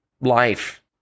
life